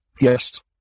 Yes